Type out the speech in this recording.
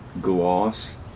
gloss